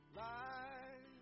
life